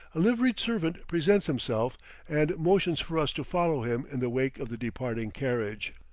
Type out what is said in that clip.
a liveried servant presents himself and motions for us to follow him in the wake of the departing carriage.